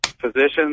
Physicians